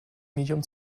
medium